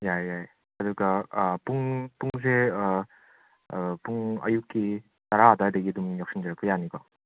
ꯌꯥꯏꯌꯦ ꯌꯥꯏꯌꯦ ꯑꯗꯨꯒ ꯄꯨꯡ ꯄꯨꯡꯁꯦ ꯄꯨꯡ ꯑꯌꯨꯛꯀꯤ ꯇꯔꯥ ꯑꯗꯨꯋꯥꯏꯗꯒꯤ ꯑꯗꯨꯝ ꯌꯧꯁꯤꯟꯖꯔꯛꯄ ꯌꯥꯅꯤꯀꯣ